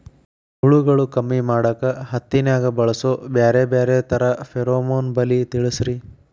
ಹುಳುಗಳು ಕಮ್ಮಿ ಮಾಡಾಕ ಹತ್ತಿನ್ಯಾಗ ಬಳಸು ಬ್ಯಾರೆ ಬ್ಯಾರೆ ತರಾ ಫೆರೋಮೋನ್ ಬಲಿ ತಿಳಸ್ರಿ